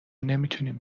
نمیتونیم